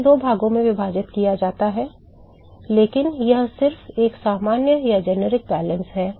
इसे दो भागों में विभाजित किया जा सकता है लेकिन यह सिर्फ एक सामान्य संतुलन है